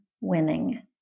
winning